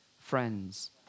Friends